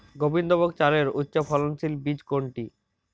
গোবিন্দভোগ চালের উচ্চফলনশীল বীজ কোনটি?